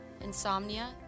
insomnia